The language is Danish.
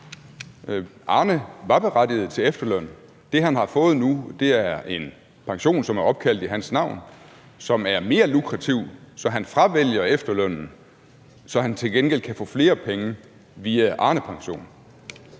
Arne var berettiget til efterløn. Det, han har fået nu, er en pension, som er opkaldt efter ham, og som er mere lukrativ, så han fravælger efterlønnen, og så kan han til gengæld få flere penge via Arnepensionen.